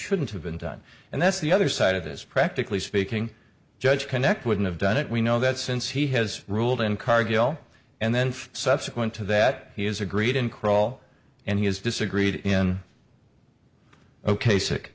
shouldn't have been done and that's the other side of this practically speaking judge connect wouldn't have done it we know that since he has ruled in cargill and then subsequent to that he has agreed in kroll and he has disagreed in ok sick